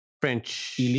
French